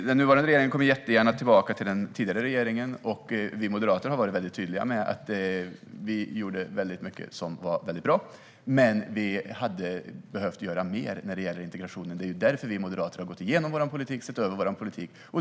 Den nuvarande regeringen återkommer jättegärna till den tidigare regeringen. Vi moderater har varit tydliga med att vi gjorde mycket som var väldigt bra men att vi hade behövt göra mer när det gäller integrationen. Det är därför vi moderater har gått igenom och sett över vår politik.